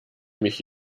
mich